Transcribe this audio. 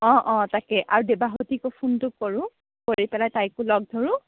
অ অ তাকে আৰু দেবাহুতিকো ফোনটো কৰোঁ কৰি পেলাই তাইকো লগ ধৰোঁ